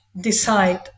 decide